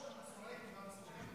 הוא חושב שאם הוא צועק,